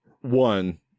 one